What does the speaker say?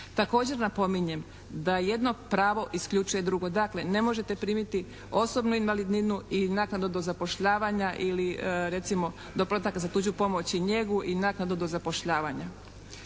Također napominjem da jedno pravo isključuje drugo. Dakle, ne možete primiti osobnu invalidninu i naknadu do zapošljavanja ili recimo doplatak za tuđu pomoć i njegu i naknadu do zapošljavanja.